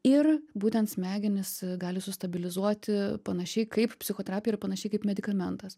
ir būtent smegenys gali sustabilizuoti panašiai kaip psichoterapija ir panašiai kaip medikamentas